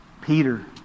Peter